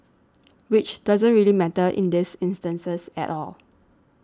which doesn't really matter in this instance at all